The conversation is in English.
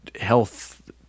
health